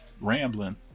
rambling